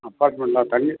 அப்பார்ட்மெண்ட்லாம் தனி